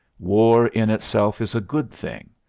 war in itself is a good thing.